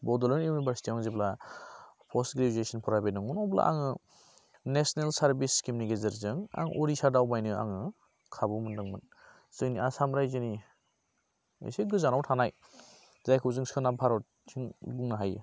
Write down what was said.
बड'लेण्ड इउनिभारसिटिआव आं जेब्ला पस्ट ग्रेडुवेसन फरायबाय दोंमोन अब्ला आङो नेशनेल सार्भिस स्किम नि गेजेरजों आं उरिसा दावबायनो आङो खाबु मोनदोंमोन जोंनि आसाम राज्योनि एसे गोजानाव थानाय जायखौ जों सोनाब भारतथिं बुंनो हायो